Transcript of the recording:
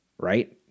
right